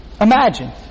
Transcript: Imagine